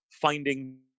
finding